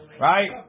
right